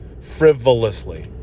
frivolously